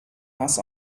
hass